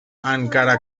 encara